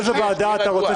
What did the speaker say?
תהיה רגוע.